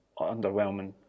underwhelming